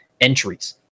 entries